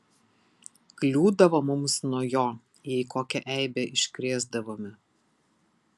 kliūdavo mums nuo jo jei kokią eibę iškrėsdavome